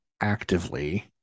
actively